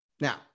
Now